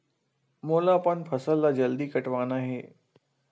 मोला अपन फसल ला जल्दी कटवाना हे?